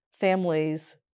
families